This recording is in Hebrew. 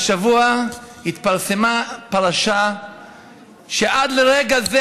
השבוע התפרסמה פרשה שעד לרגע זה,